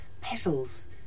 petals